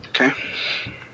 Okay